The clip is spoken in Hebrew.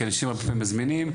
כי אנשים לפעמים מזמינים,